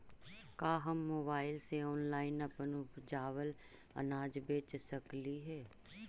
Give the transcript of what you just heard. का हम मोबाईल से ऑनलाइन अपन उपजावल अनाज बेच सकली हे?